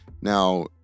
Now